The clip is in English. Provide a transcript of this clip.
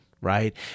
right